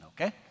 okay